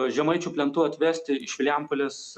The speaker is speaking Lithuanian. žemaičių plentu atvesti iš vilijampolės